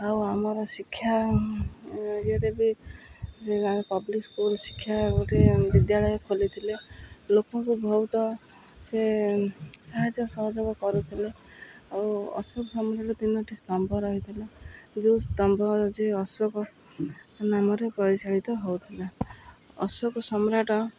ଆଉ ଆମର ଶିକ୍ଷା ଇଏରେ ବି ସେ ପବ୍ଲିକ୍ ସ୍କୁଲ ଶିକ୍ଷା ଗୋଟେ ବିଦ୍ୟାଳୟ ଖୋଲିଥିଲେ ଲୋକଙ୍କୁ ବହୁତ ସେ ସାହାଯ୍ୟ ସହଯୋଗ କରୁଥିଲେ ଆଉ ଅଶୋକ ସମ୍ରାଟ ତିନୋଟି ସ୍ତମ୍ଭ ରହିଥିଲା ଯେଉଁ ସ୍ତମ୍ଭ ଅଶୋକ ନାମରେ ପରିଚାଳିତ ହଉଥିଲା ଅଶୋକ ସମ୍ରାଟ